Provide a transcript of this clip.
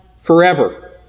forever